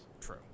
True